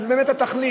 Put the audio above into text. אז התכלית,